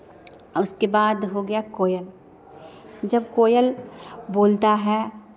उसके बाद हो गया कोयल जब कोयल बोलता है